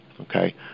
okay